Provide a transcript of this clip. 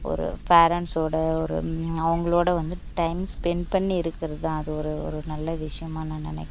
ஒரு பேரண்ட்ஸோட ஒரு அவங்களோட வந்து டைம் ஸ்பென்ட் பண்ணி இருக்கிறது தான் அது ஒரு ஒரு நல்ல விஷயமாக நான் நினைக்கிறேன்